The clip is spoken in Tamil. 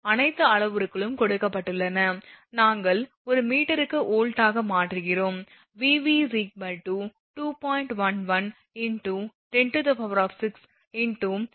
அனைத்து அளவுருக்களும் கொடுக்கப்பட்டுள்ளன நாங்கள் ஒரு மீட்டருக்கு வோல்ட்டாக மாற்றுகிறோம்